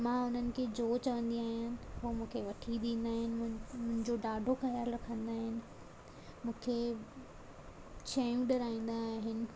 मां हुननि खे जो चवंदी आहियां हो मूंखे वठी ॾींदा आहिनि मुंहिंजो ॾाढो ख़्यालु रखंदा आहिनि मूंखे शयूं ॾिराईंदा आहिनि